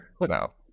No